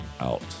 out